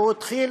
והוא התחיל